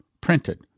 printed